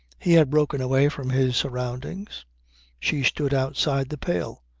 he had broken away from his surroundings she stood outside the pale.